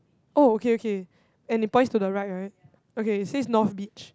oh okay okay and it points to the right right okay it says north beach